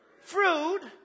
fruit